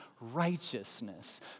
righteousness